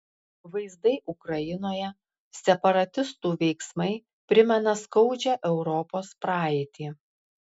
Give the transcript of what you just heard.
vaizdai ukrainoje separatistų veiksmai primena skaudžią europos praeitį